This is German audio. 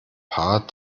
paar